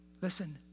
listen